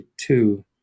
two